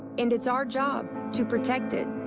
and it's our job to protect it.